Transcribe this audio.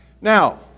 Now